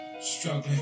struggling